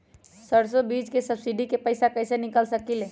सरसों बीज के सब्सिडी के पैसा कईसे निकाल सकीले?